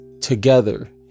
together